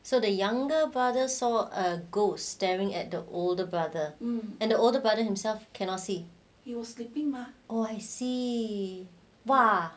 so the younger brother saw a ghost staring at the older brother and the older burden himself cannot see oh I see !wah!